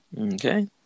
Okay